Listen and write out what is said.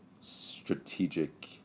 strategic